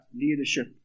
leadership